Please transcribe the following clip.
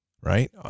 Right